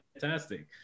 fantastic